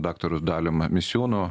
daktaru dalium misiūnu